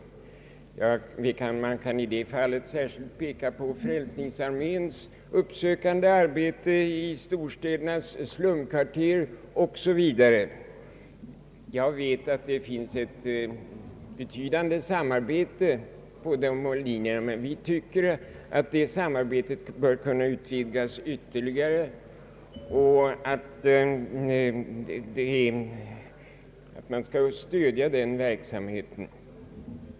Särskilt kan man peka på Frälsningsarméns uppsökande arbete i storstädernas slumkvarter. Jag vet att det finns ett betydande samarbete på detta område, men vi anser att det bör kunna utvidgas ytterligare och att sådan verksamhet skall stödjas.